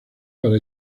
para